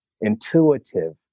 intuitive